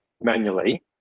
manually